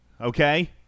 okay